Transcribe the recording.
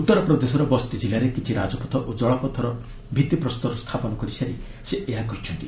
ଉତ୍ତରପ୍ରଦେଶର ବସ୍ତି ଜିଲ୍ଲାରେ କିଛି ରାଜପଥ ଓ ଜଳପଥର ଭିତ୍ତିପ୍ରସ୍ତର ସ୍ଥାପନ କରିସାରି ସେ ଏହା କହିଛନ୍ତି